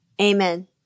amen